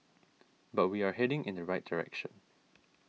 but we are heading in the right direction